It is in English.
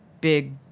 big